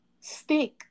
stick